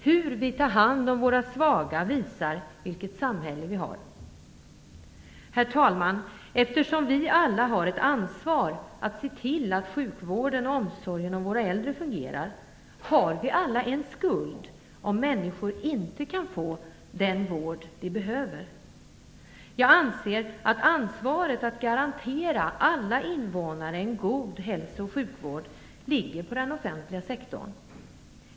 Hur vi tar hand om våra svaga visar vilket samhälle vi har. Herr talman! Eftersom vi alla har ett ansvar att se till att sjukvården och omsorgen om våra äldre fungerar har vi alla en skuld om människor inte kan få den vård de behöver. Jag anser att ansvaret att garantera alla invånare en god hälso och sjukvård ligger på den offentliga sektorn.